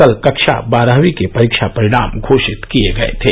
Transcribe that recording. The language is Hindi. कल कक्षा बारहवीं के परीक्षा परिणाम घोषित किए गये थे